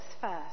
first